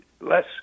less